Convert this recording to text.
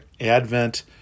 Advent